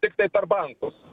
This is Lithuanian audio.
tiktai per bankus